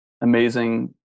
amazing